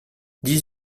dix